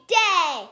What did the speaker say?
day